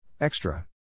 Extra